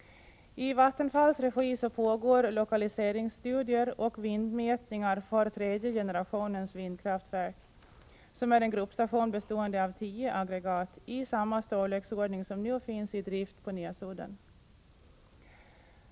I Vattenfalls regi pågår lokaliseringsstudier och vindmätningar för tredje generationens vindkraftverk, som är en gruppstation bestående av tio aggregat, i samma storleksordning som nu finns i drift på Näsudden.